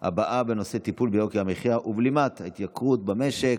הבאות לסדר-היום בנושא: טיפול ביוקר המחיה ובלימת ההתייקרות במשק.